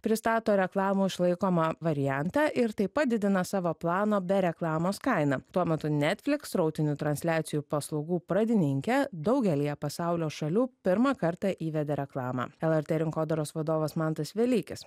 pristato reklamų išlaikomą variantą ir tai padidina savo plano be reklamos kainą tuo metu netflix srautinių transliacijų paslaugų pradininkė daugelyje pasaulio šalių pirmą kartą įvedė reklamą lrt rinkodaros vadovas mantas velykis